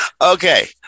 Okay